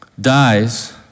dies